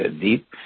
deep